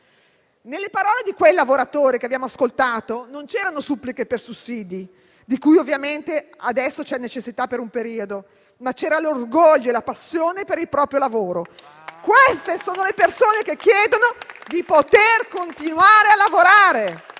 Nelle parole di quei lavoratori che abbiamo ascoltato non c'erano suppliche per sussidi (di cui ovviamente adesso c'è necessità per un periodo), ma l'orgoglio e la passione per il proprio lavoro. Queste sono le persone che chiedono di poter continuare a lavorare